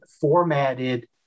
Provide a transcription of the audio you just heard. formatted